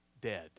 dead